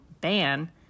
ban